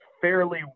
fairly